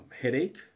headache